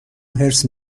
حرص